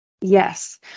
Yes